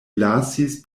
lasis